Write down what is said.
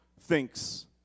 thinks